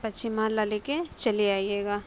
پچھم محلہ لے کے چلے آئیے گا